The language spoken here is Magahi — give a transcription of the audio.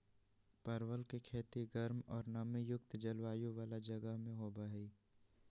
परवल के खेती गर्म और नमी युक्त जलवायु वाला जगह में होबा हई